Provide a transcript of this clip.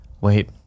Wait